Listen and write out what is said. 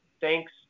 Thanks